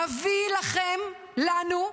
נביא לכם, לנו,